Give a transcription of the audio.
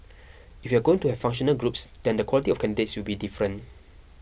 if you're going to have functional groups then the quality of candidates will be different